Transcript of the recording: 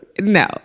no